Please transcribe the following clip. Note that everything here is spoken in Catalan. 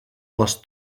les